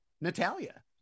Natalia